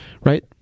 right